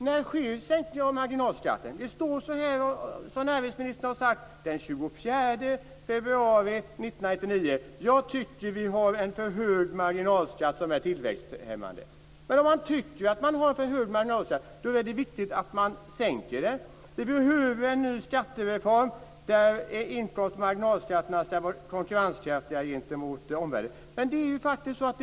När sänks marginalskatten? Näringsministern har sagt den 24 februari 1999: "Jag tycker att vi har en för hög marginalskatt som är tillväxthämmande." Men om man tycker att marginalskatten är för hög, är det viktigt att man sänker den. "Vi behöver en ny skattereform där både inkomstoch marginalskatterna ska vara konkurrenskraftiga gentemot omvärlden", har ministern sagt.